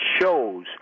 shows